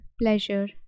pleasure